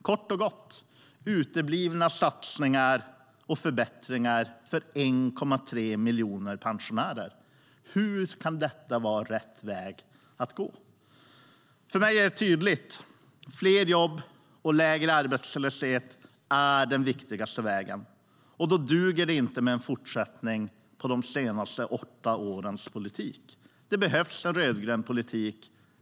Kort och gott är det uteblivna satsningar och förbättringar för 1,3 miljoner pensionärer. Hur kan detta vara rätt väg att gå? För mig är det tydligt att fler jobb och lägre arbetslöshet är den viktigaste vägen till att få bra pensioner. Då duger det inte med en fortsättning på de senaste åtta åren, utan det behövs en rödgrön politik.